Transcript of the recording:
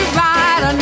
right